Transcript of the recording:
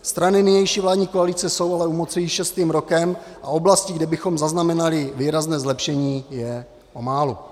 Strany nynější vládní koalice jsou ale u moci šestým rokem a oblastí, kde bychom zaznamenali výrazné zlepšení, je pomálu.